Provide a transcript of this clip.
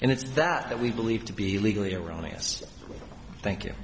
and it's that that we believe to be legally erroneous thank you